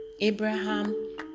Abraham